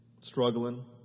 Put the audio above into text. struggling